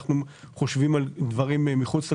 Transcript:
אנחנו חושבים על דברים מחוץ לקופסא,